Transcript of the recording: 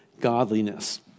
godliness